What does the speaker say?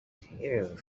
here